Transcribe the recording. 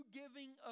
giving